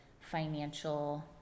financial